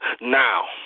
now